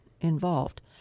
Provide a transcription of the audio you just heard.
involved